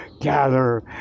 gather